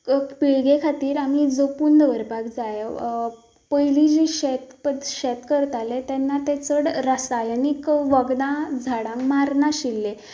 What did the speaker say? पिळगें खातीर आमी जपून दवरपाक जाय पयली जी शेत शेत करतालें तेन्ना तें चड रसायनीक वखदां झाडांक मारना आशिल्ले